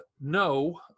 no